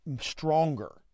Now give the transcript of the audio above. stronger